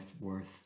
worth